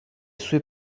sue